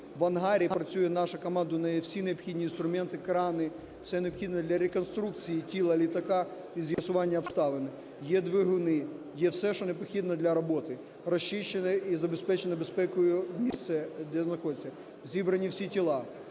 В ангарі працює наша команда, у неї є всі необхідні інструменти, крани, все необхідне для реконструкції тіла літака і з'ясування обставин. Є двигуни, є все, що необхідно для роботи. Розчищене і забезпечене безпекою місце, де знаходиться, зібрані всі тіла.